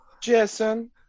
Jason